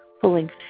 Pulling